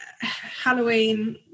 halloween